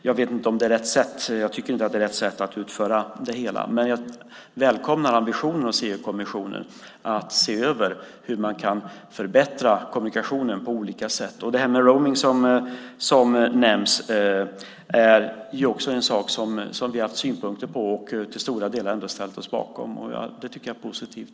Jag tycker inte att det är rätt sätt att utföra det hela, men jag välkomnar EU-kommissionens ambition att se över hur man kan förbättra kommunikationen på olika sätt. Det här med roaming som nämns är också en sak som vi har haft synpunkter på och till stora delar ställt oss bakom. Det tycker jag är positivt.